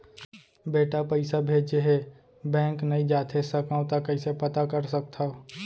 बेटा पइसा भेजे हे, बैंक नई जाथे सकंव त कइसे पता कर सकथव?